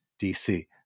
DC